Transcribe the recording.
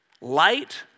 Light